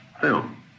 film